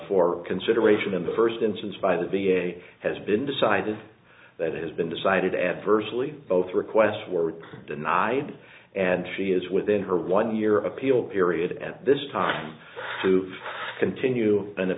for consideration in the first instance by the v a has been decided that has been decided adversely both requests were denied and she is within her one year appeal period at this time to continue and the